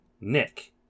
Nick